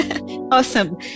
Awesome